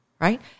right